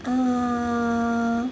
err